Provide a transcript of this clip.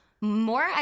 More